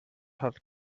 hat